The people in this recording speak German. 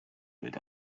gilt